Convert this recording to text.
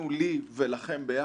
לי ולכם ביחד,